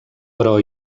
però